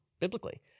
biblically